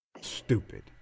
Stupid